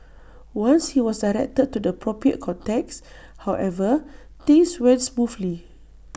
once he was directed to the appropriate contacts however things went smoothly